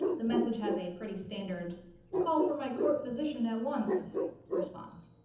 the message has a pretty standard call from my court physician at once response